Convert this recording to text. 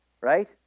right